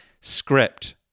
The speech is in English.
script